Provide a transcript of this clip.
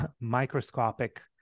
microscopic